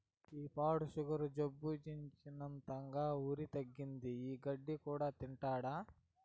ఈ పాడు సుగరు జబ్బొచ్చినంకా ఒరి తగ్గించి, ఈ గడ్డి కూడా తింటాండా